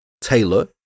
Taylor